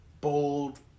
bold